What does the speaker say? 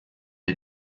est